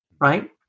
right